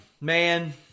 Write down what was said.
man